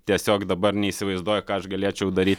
tiesiog dabar neįsivaizduoju ką aš galėčiau dary